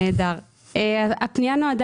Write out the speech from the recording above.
הפנייה אושרה.